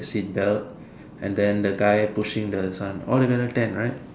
seatbelt and then the guy pushing the son all together ten right